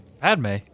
Padme